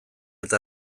eta